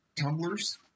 tumblers